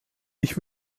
ich